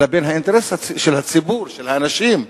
אלא בין האינטרס של הציבור, של האנשים,